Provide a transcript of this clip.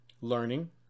learning